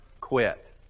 quit